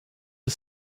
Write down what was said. for